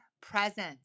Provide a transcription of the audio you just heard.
present